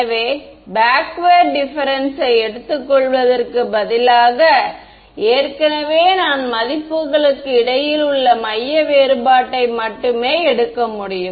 எனவே backward difference யை எடுத்துக்கொள்வதற்கு பதிலாக ஏற்கனவே நான் மதிப்புகளுக்கு இடையில் உள்ள மைய வேறுபாட்டை மட்டுமே எடுக்க முடியும்